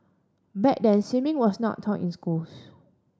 back then swimming was not taught in schools